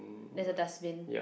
there's a dustbin